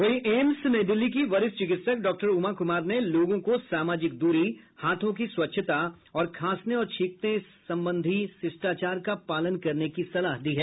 वहीं एम्स नई दिल्ली की वरिष्ठ चिकित्सक डॉक्टर उमा कुमार ने लोगों को सामाजिक दूरी हाथों की स्वच्छता और खांसने और छींकने संबंधी शिष्टाचार का पालन करने की सलाह दी है